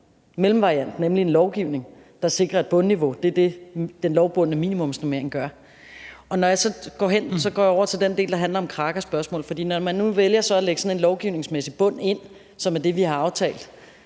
mellemvariant, nemlig lovgivning, der sikrer et bundniveau; det er det, den lovbundne minimumsnormering gør. Så går jeg over til den del, der handler om spørgsmålet om Kraka. For når man nu vælger at lægge sådan en lovgivningsmæssig bund ind – som er det, vi har aftalt